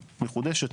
מחודשת,